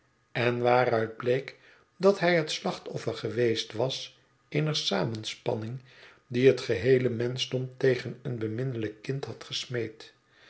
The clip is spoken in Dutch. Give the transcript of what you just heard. en waaruit bleek dat hij het slachtoffer geweest was eener samenspanning die het geheele menschdom tegen een beminnelijk kind had gesmeed